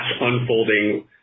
unfolding